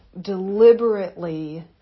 deliberately